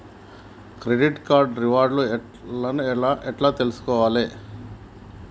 Credit card reward లను ఎట్ల తెలుసుకోవాలే?